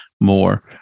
more